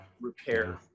repair